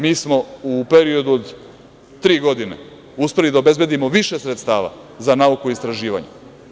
Mi smo u periodu od tri godine uspeli da obezbedimo 36% više sredstava za nauku i istraživanje.